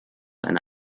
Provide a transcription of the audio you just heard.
eine